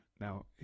Now